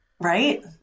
Right